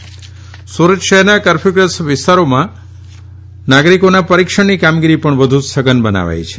સુરત સુરત શહેરના કર્ફ્યુગ્રસ્ત વિસ્તારોમાં નાગરિકોના પરીક્ષણની કામગીરી વધુ સઘન બનાવાઇ છે